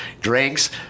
drinks